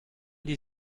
die